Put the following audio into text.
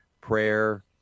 prayer